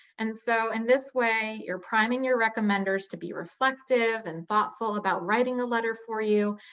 and so in this way, you're priming your recommenders to be reflective and thoughtful about writing a letter for you.